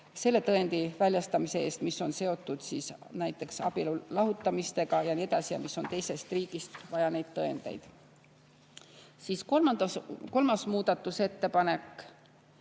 selle tõendi väljastamise eest, mis on seotud näiteks abielu lahutamisega ja nii edasi, mille puhul on teisest riigist vaja neid tõendeid. Siis kolmas muudatusettepanek.